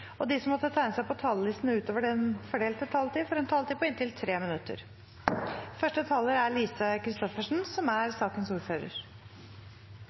og de som måtte tegne seg på talerlisten utover den fordelte taletid, får en taletid på inntil 3 minutter.